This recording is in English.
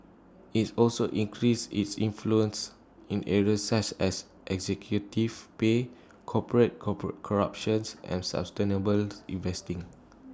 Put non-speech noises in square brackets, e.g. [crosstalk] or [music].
it's also increase its influence in areas such as executive pay corporate cop corruptions and sustainable [noise] investing